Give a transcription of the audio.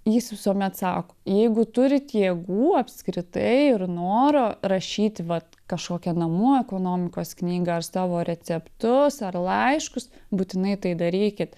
jis visuomet sako jeigu turit jėgų apskritai ir noro rašyti vat kažkokią namų ekonomikos knygą ar savo receptus ar laiškus būtinai tai darykit